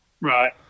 Right